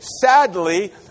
sadly